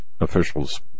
officials